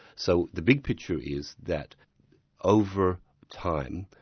so the big picture is that over time,